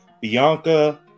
bianca